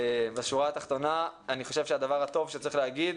בשורה התחתונה אני חושב שהדבר הטוב שצריך להגיד,